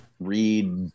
read